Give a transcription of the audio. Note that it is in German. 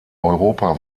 europa